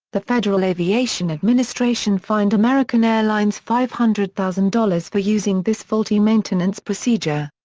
the federal aviation administration fined american airlines five hundred thousand dollars for using this faulty maintenance procedure.